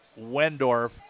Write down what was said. Wendorf